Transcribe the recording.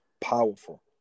powerful